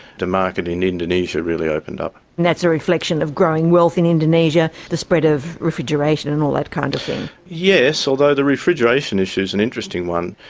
the market in indonesia really opened up. and that's a reflection of growing wealth in indonesia, the spread of refrigeration and all that kind of thing? yes, although the refrigeration issue is an interesting one.